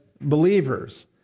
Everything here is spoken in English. believers